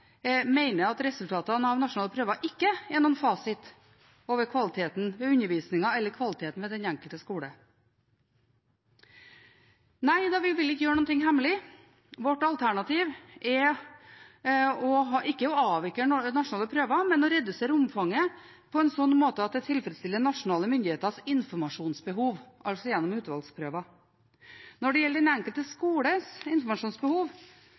mener at resultatene av nasjonale prøver ikke er noen fasit over kvaliteten ved undervisningen eller kvaliteten ved den enkelte skole. Nei da, vi vil ikke gjøre noe hemmelig. Vårt alternativ er ikke å avvikle nasjonale prøver, men å redusere omfanget på en sånn måte at det tilfredsstiller nasjonale myndigheters informasjonsbehov, altså gjennom utvalgsprøver. Når det gjelder den enkelte skoles informasjonsbehov,